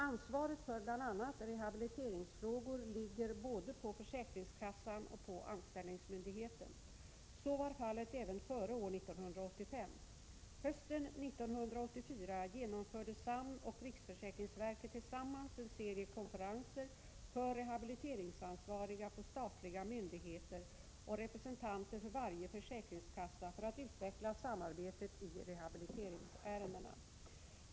Ansvaret för bl.a. rehabiliteringsfrågor ligger både på försäkringskassan och på anställningsmyndigheten. Så var fallet även före år 1985. Hösten 1984 genomförde SAMN och riksförsäkringsverket tillsammans en serie konferenser för rehabiliteringsansvariga på statliga myndigheter och representanter för varje försäkringskassa för att utveckla samarbetet i rehabiliteringsärendena.